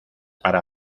para